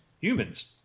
humans